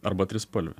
arba trispalvę